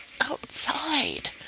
outside